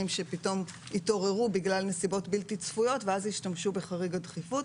שפתאום התעוררו בגלל נסיבות בלתי צפויות ואז השתמשו בחריג הדחיפות.